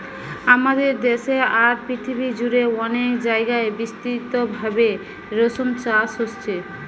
আমাদের দেশে আর পৃথিবী জুড়ে অনেক জাগায় বিস্তৃতভাবে রেশম চাষ হচ্ছে